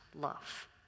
love